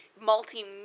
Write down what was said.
Multi